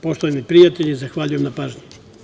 Poštovani prijatelji, zahvaljujem na pažnji.